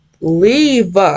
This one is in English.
leave